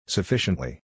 Sufficiently